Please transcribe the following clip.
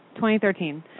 2013